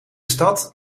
stad